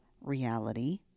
reality